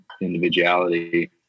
individuality